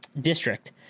district